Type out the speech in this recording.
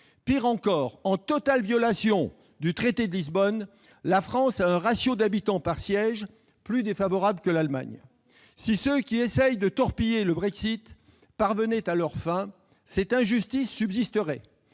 Pire encore, en totale violation du traité de Lisbonne, la France a un ratio d'habitants par siège plus défavorable que l'Allemagne. Si ceux qui essaient de torpiller le Brexit parvenaient à leurs fins, cette injustice subsisterait.